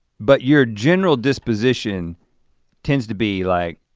but your general disposition tends to be like,